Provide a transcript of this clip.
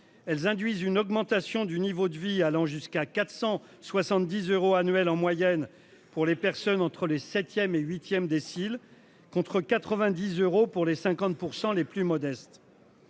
Elles induisent une augmentation du niveau de vie allant jusqu'à 470 euros annuels en moyenne pour les personnes entre les 7ème et 8ème décile contre 90 euros pour les 50% les plus modestes.--